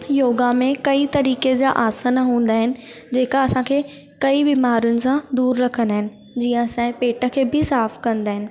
योगा में कई तरीक़े जा आसन हूंदा आहिनि जेका असांखे कई बीमारीयुनि सां दूरि रखंदा आहिनि जीअं असांजे पेट खे बि साफ़ कंदा आहिनि